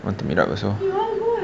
want to meet up also